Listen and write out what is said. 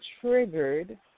triggered